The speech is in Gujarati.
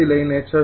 ૬